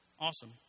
Awesome